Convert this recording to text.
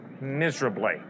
miserably